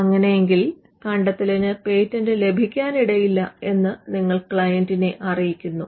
അങ്ങെനെയെങ്ങിൽ കണ്ടെത്തലിന് പേറ്റന്റ് ലഭിക്കാൻ ഇടയില്ല എന്ന് നിങ്ങൾ ക്ലയന്റിനെ അറിയിക്കുന്നു